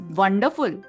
wonderful